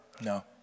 no